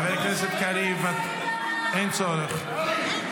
חבר הכנסת קריב, אין צורך.